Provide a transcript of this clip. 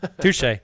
Touche